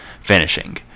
finishing